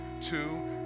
Two